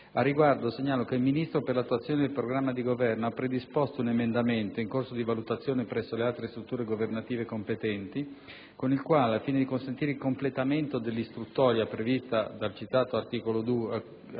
Al riguardo, segnalo che il Ministro per l'attuazione del programma di Governo ha predisposto un emendamento, in corso di valutazione presso le altre strutture governative competenti, con il quale, al fine di consentire il completamento dell'istruttoria prevista dall'articolo 2,